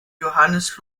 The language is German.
johannes